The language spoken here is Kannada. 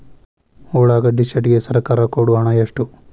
ಉಳ್ಳಾಗಡ್ಡಿ ಶೆಡ್ ಗೆ ಸರ್ಕಾರ ಕೊಡು ಹಣ ಎಷ್ಟು?